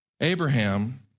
Abraham